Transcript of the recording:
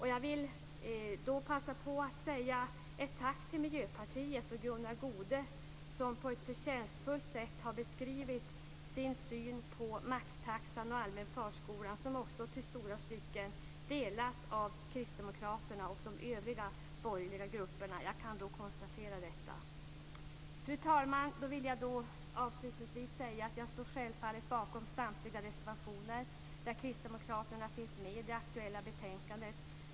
Jag vill passa på att rikta ett tack till Miljöpartiet och Gunnar Goude som på ett förtjänstfullt sätt har beskrivit sin syn på maxtaxan och allmän förskola. Jag kan konstatera att den uppfattningen delas i stora stycken av kristdemokraterna och de övriga borgerliga grupperna. Fru talman! Jag vill slutligen säga att jag självfallet står bakom samtliga reservationer i det aktuella betänkandet där kristdemokraterna finns med.